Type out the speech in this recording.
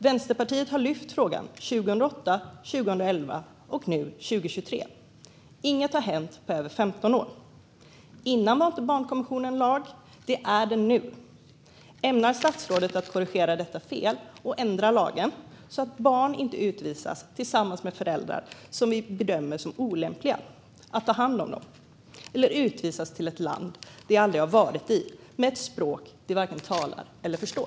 Vänsterpartiet har lyft frågan 2008, 2011 och nu 2023. Inget har hänt på över 15 år. Tidigare var inte barnkonventionen lag; det är den nu. Ämnar statsrådet korrigera detta fel och ändra lagen så att barn inte utvisas tillsammans med föräldrar som vi bedömer som olämpliga att ta hand om dem, eller till ett land de aldrig har varit i med ett språk de varken talar eller förstår?